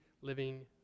living